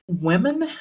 Women